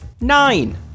nine